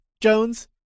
jones